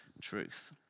truth